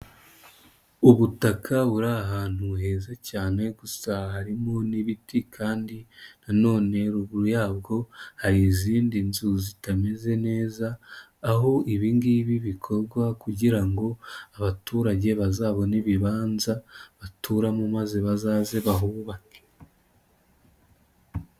Ubutaka buri ahantu heza cyane gusa harimo n'ibiti kandi na none ruguru yabwo hari izindi nzu zitameze neza aho ibingibi bikorwa kugira ngo abaturage bazabone ibibanza baturamo maze bazaze bahubake.